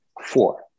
four